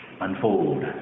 unfold